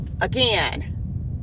again